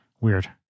Weird